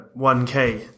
1K